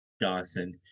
Dawson